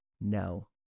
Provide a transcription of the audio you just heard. no